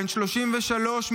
בן 33,